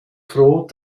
froh